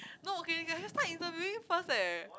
no okay okay I can start interviewing first eh